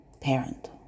parent